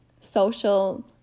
social